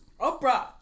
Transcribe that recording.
Oprah